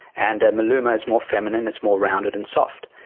and a maluma is more feminine, it's more rounded and soft.